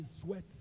sweat